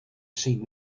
seen